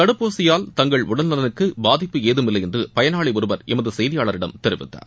தடுப்பூசியால் தங்கள் உடல் நலனுக்கு பாதிப்பு ஏதுமில்லை என்று பயனாளி ஒருவர் எமது செய்தியாளரிடம் தெரிவித்தார்